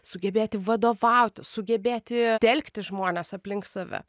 sugebėti vadovauti sugebėti telkti žmones aplink save